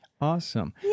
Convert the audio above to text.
Awesome